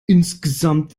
insgesamt